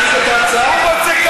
וחברים, נעבור להצעה לסדר-היום בנושא: